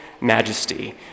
majesty